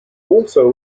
also